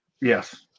Yes